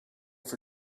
for